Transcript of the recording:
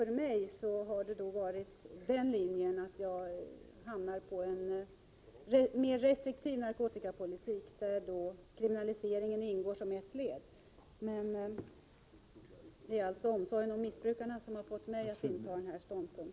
Jag har valt en linje med en mer restriktiv narkotikapolitik, där kriminaliseringen ingår som ett led. Det är alltså omsorgen om missbrukarna som har fått mig att inta denna ståndpunkt.